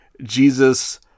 Jesus